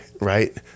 right